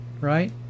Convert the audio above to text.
right